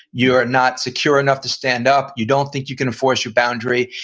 you're not secure enough to stand up, you don't think you can enforce your boundary,